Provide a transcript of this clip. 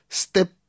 step